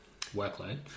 workload